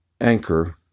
anchor